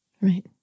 Right